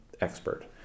expert